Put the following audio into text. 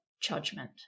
judgment